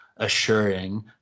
assuring